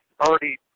already